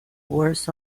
words